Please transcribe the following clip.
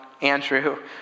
Andrew